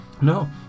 No